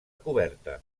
coberta